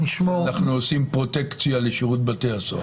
אנחנו עושים פרוטקציה לשירות בתי הסוהר.